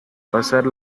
pasar